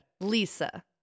Lisa